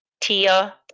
Tia